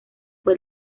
fue